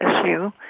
issue